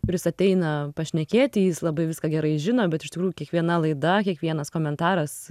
kuris ateina pašnekėti jis labai viską gerai žino bet iš tikrųjų kiekviena laida kiekvienas komentaras